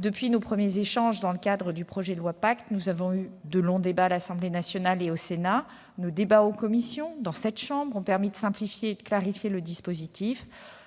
Depuis nos premiers échanges dans le cadre de l'examen du projet de loi Pacte, nous avons eu de longs débats à l'Assemblée nationale et au Sénat. Nos débats en commission, dans cette assemblée, ont permis de simplifier et de clarifier le dispositif.